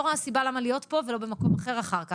לא רואה סיבה למה להיות פה ולא במקום אחר אחר כך,